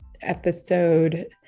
episode